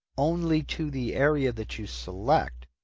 only to the area that you select.